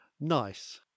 Nice